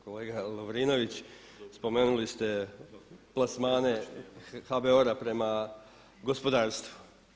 Kolega Lovrinović spomenuli ste plasmane HBOR-a prema gospodarstvu.